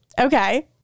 Okay